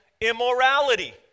immorality